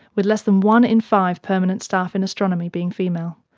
with less than one in five permanent staff in astronomy being female.